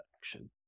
action